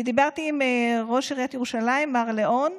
אני דיברתי עם ראש עיריית ירושלים מר ליאון,